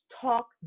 talk